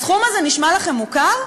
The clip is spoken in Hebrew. הסכום הזה נשמע לכם מוכר?